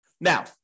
now